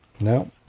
No